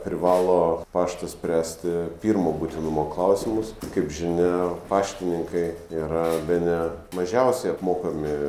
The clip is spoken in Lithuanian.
privalo paštas spręsti pirmo būtinumo klausimus kaip žinia paštininkai yra bene mažiausiai apmokami